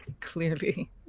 clearly